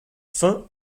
fin